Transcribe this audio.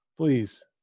Please